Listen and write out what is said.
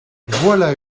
voilà